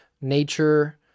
nature